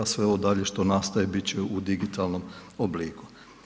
Sve ovo dalje što nastaje bit će u digitalnom obliku.